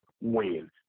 Win